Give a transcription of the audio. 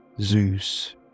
Zeus